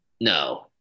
no